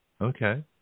Okay